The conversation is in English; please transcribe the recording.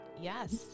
Yes